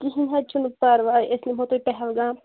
کہینۍ حظ چھُنہٕ پرواے أسۍ نِمہو تُہی پہلگام